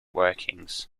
workings